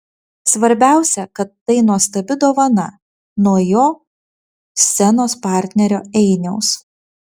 svarbiausia kad tai nuostabi dovana nuo jo scenos partnerio einiaus